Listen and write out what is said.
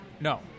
No